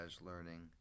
learning